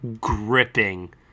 gripping